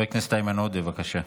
חבר הכנסת איימן עודה, בבקשה.